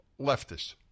leftists